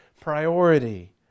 priority